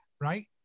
right